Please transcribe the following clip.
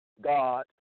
God